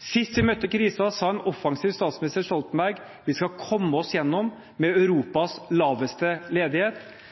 Sist vi møtte krisen, sa en offensiv statsminister Stoltenberg: Vi skal komme oss gjennom med Europas laveste ledighet.